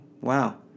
Wow